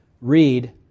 read